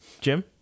Jim